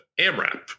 AMRAP